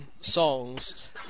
songs